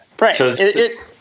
Right